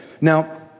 Now